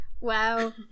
Wow